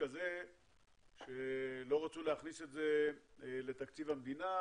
הזה שלא רצו להכניס את זה לתקציב המדינה,